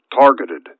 targeted